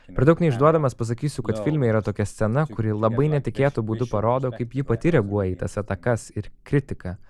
per daug neišduodamas psakysiu kad filme yra tokia scena kuri labai netikėtu būdu parodo kaip ji pati reaguoja į tas atakas ir kritiką